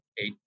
eight